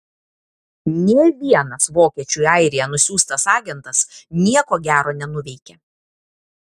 nė vienas vokiečių į airiją nusiųstas agentas nieko gero nenuveikė